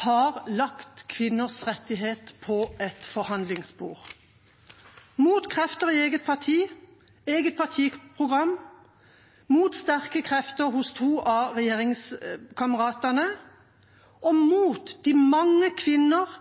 har lagt kvinners rettigheter på et forhandlingsbord – mot krefter i eget parti, mot eget partiprogram, mot sterke krefter hos to av regjeringskameratene og mot de mange kvinner